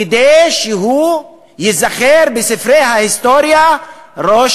כדי שהוא ייזכר בספרי ההיסטוריה כראש